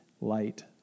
light